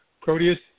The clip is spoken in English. Proteus